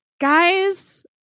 guys